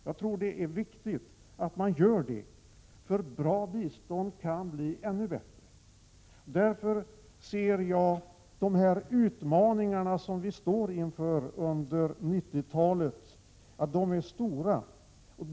Jag tror att det är viktigt att vi gör det, för bra bistånd kan bli ännu bättre. Jag ser de utmaningar som vi står inför under 1990-talet som stora.